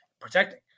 protecting